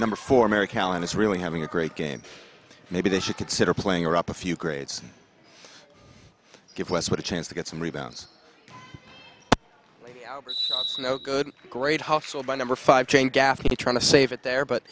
number four american allen is really having a great game maybe they should consider playing are up a few grades give us what a chance to get some rebounds no good great hustle by number five chain gaffney trying to save it there but